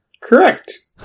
correct